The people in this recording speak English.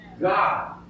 God